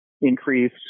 increase